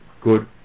good